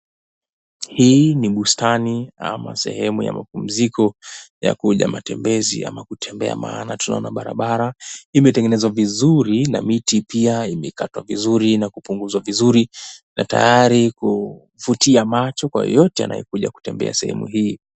Hii ni bustani ama sehemu ya mapumziko ya kuja matembezi ama kutembea maana tunaona barabara imetengenezwa vizuri na miti pia imekatwa vizuri na kupunguzwa vizuri na tayari kuvutia macho kwa yeyote anayekuja kutembea sehemu hii.